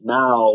now